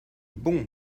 bon